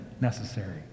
necessary